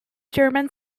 german